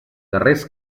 guerrers